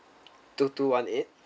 two two one eight